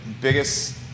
...biggest